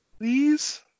Please